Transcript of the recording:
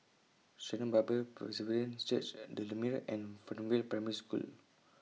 Sharon Bible Presbyterian Church The Lumiere and Fernvale Primary School